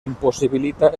impossibilita